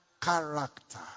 character